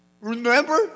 Remember